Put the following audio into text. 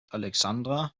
alexandra